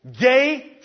gay